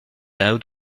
out